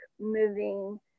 moving